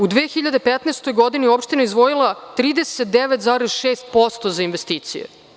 U 2015. godini opština je izdvojila 39,6% za investicije.